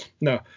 No